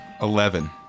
Eleven